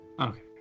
Okay